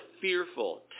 fearful